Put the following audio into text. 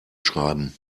schreiben